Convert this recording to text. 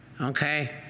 okay